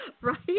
Right